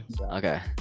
Okay